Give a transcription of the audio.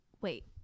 wait